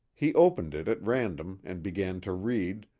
he opened it at random and began to read